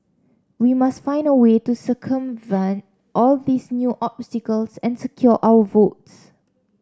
we must find a way to circumvent all these new obstacles and secure our votes